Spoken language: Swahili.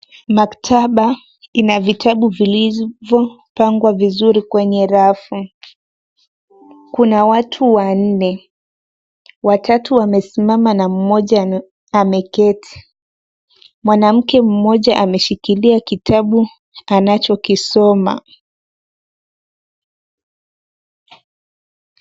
Maktaba ina vitabu zilizopangwa vizuri kwenye rafu. Kuna watu wanne, watatu wamesimama na mmoja ameketi. Mwanamke mmoja ameshikilia kitabu anachokisoma.